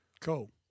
Cool